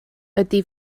ydy